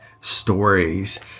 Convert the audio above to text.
stories